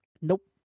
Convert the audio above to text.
Nope